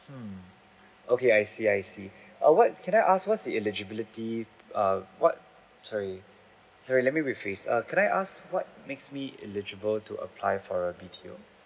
mm okay I see I see what can I ask what's the eligibility err what sorry sorry let me rephrase can I ask what makes me eligible to apply for a B_T_O